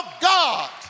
God